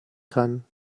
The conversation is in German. kann